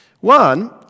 One